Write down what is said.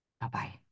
bye-bye